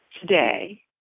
today